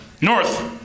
North